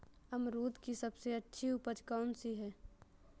अमरूद की सबसे अच्छी उपज कौन सी है?